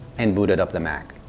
and booted up the mac.